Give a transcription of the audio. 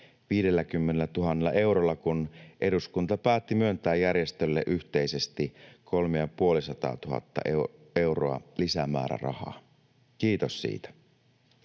50 000 eurolla, kun eduskunta päätti myöntää järjestölle yhteisesti 350 000 euroa lisämäärärahaa — kiitos siitä.